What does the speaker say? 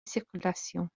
circulations